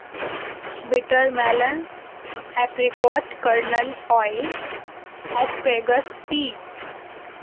bitter melon apricot kernel oil asparagus pea